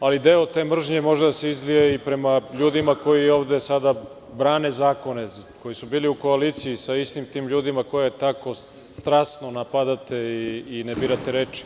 ali deo te mržnje može da se izlije prema ljudima koji ovde sada brane zakone, koji su bili u koaliciji sa istim tim ljudima koje tako strasno napadate i ne birate reči.